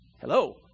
Hello